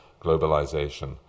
globalization